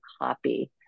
copy